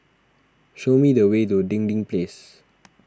show me the way to Dinding Place